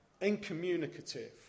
incommunicative